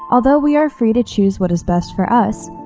although we are free to choose what is best for us,